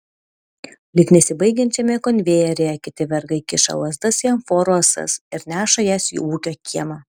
lyg nesibaigiančiame konvejeryje kiti vergai kiša lazdas į amforų ąsas ir neša jas į ūkio kiemą